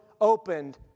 opened